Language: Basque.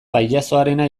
pailazoarena